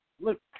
look